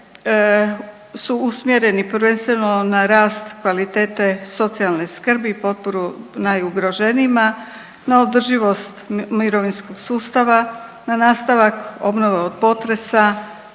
su usmjereni prvenstveno na rast kvalitete socijalne skrbi i potporu najugroženijima, na održivost mirovinskog sustava, na nastavak obnove od potresa,